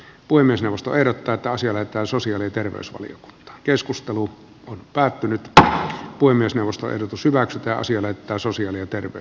puhemiesneuvosto ehdottaa paasio vetää sosiaali terveys oli keskustelu on päättynyt tähti puhemiesneuvoston pysyvät ja siellä tai sosiaali ja tervey